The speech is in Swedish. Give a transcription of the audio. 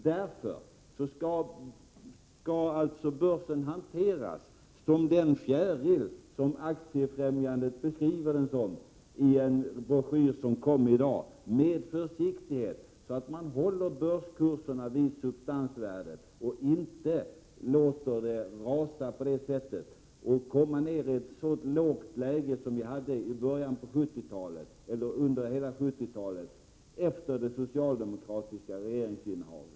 Därför skall börsen hanteras som den fjäril som Aktiefrämjandet liknar den vid i en broschyr som kom i dag. Börsen skall alltså behandlas med försiktighet, så att man håller börskurserna vid substansvärdet och inte låter dem rasa och bli så låga som de var i början av 70-talet, eller kanske under hela 70-talet efter det socialdemokratiska regeringsinnehavet.